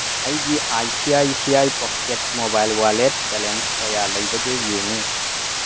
ꯑꯩꯒꯤ I C I C I pockets mobile wallet balance ꯀꯌꯥ ꯂꯩꯕꯒꯦ ꯌꯦꯡꯉꯨ